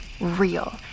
real